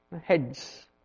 Heads